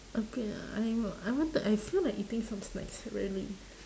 a bit lah I am I want to I feel like eating some snacks really